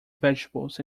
vegetables